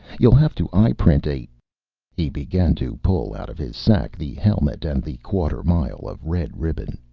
you'll have to eyeprint a he began to pull out of his sack the helmet and the quarter-mile of red ribbon.